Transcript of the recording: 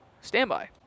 standby